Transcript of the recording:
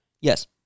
Yes